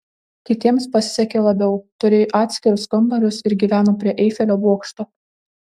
kitiems pasisekė labiau turėjo atskirus kambarius ir gyveno prie eifelio bokšto